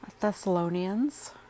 Thessalonians